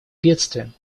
бедствием